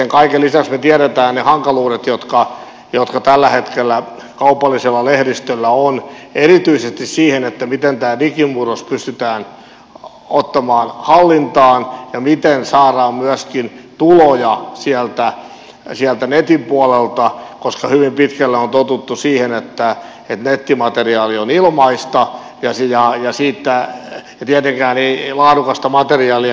sen kaiken lisäksi me tiedämme kaikki ne hankaluudet jotka tällä hetkellä kaupallisella lehdistöllä on erityisesti siinä miten tämä digimurros pystytään ottamaan hallintaan ja miten saadaan myöskin tuloja sieltä netin puolelta koska hyvin pitkälle on totuttu siihen että nettimateriaali on ilmaista ja tietenkään ei laadukasta materiaalia kukaan voi ilmaiseksi tuottaa